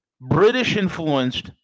British-influenced